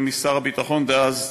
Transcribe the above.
משר הביטחון דאז,